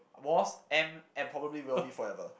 was am and probably will be forever